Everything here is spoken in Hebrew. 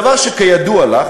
דבר שכידוע לך,